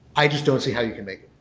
i just don't see how you can make